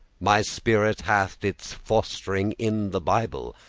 my spirit hath its fost'ring in the bible.